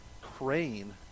Crane